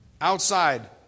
Outside